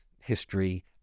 History